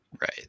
Right